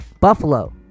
Buffalo